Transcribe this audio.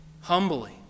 humbly